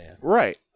right